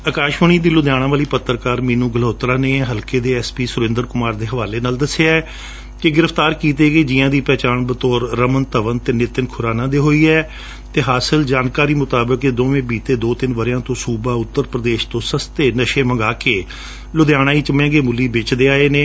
ਅਕਾਸ਼ਵਾਣੀ ਦੀ ਲੁਧਿਆਣਾ ਵਾਲੀ ਪੱਤਰਕਾਰ ਮੀਨ ਗਲਹੋਤਰਾ ਨੇ ਹਲਕੇ ਦੇ ਐਸਪੀ ਸੁਰਿੰਦਰ ਕੁਮਾਰ ਦੇ ਹਵਾਲੇ ਨਾਲ ਦੱਸਿਐ ਕਿ ਗਿਫਤਾਰ ਕੀਤੇ ਗਏ ਜੀਆਂ ਦੀ ਪਹਿਚਾਣ ਬਤੌਰ ਰਮਨ ਧਵਨ ਅਤੇ ਨਿਤਿਨ ਖੁਰਾਨਾ ਦੇ ਹੋਈ ਹੈ ਅਤੇ ਹਾਸਲ ਜਾਣਕਾਰੀ ਮੁਤਾਬਕ ਇਹ ਦੋਵੇਂ ਬੀਤੇ ਦੋ ਤਿੰਨ ਵਰਿਆਂ ਤੋ ਸੁਬਾ ਉੱਤਰ ਪੁਦੇਸ਼ ਤੋ ਸਸਤੇ ਨਸ਼ੇ ਮੰਗਵਾ ਕੇ ਲੁਧਿਆਣਾ ਵਿਚ ਮਹਿਗੇ ਮੁੱਲ ਵੇਚਦੇ ਆਏ ਨੇ